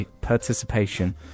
participation